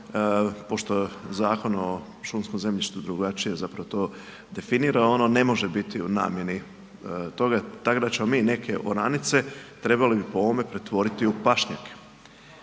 pošto Zakon o šumskom zemljištu drugačije zapravo to definira, ono ne može biti u namjeni toga, tako da ćemo mi neke oranice, trebali bi po ovome trebali pretvoriti u pašnjake